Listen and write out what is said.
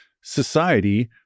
society